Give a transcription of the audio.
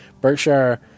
Berkshire